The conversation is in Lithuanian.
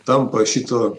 tampa šito